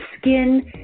skin